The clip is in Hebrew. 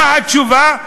מה התשובה?